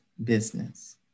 Business